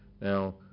now